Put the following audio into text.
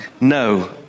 No